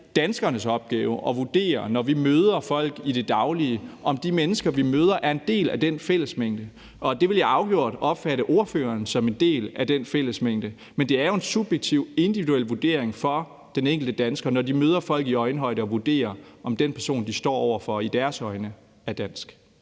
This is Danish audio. danskernes opgave at vurdere, når vi møder folk i det daglige, om de mennesker, vi møder, er en del af den fællesmængde. Jeg vil afgjort opfatte ordføreren som en del af den fællesmængde, men det er jo en subjektiv, individuel vurdering for den enkelte dansker, når de møder folk i øjenhøjde, at vurdere, om den person, de står over for, i deres øjne er dansk.